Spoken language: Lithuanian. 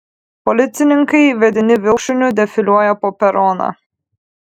policininkai vedini vilkšuniu defiliuoja po peroną